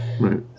Right